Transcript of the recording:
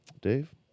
Dave